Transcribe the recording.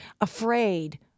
afraid